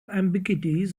ambiguities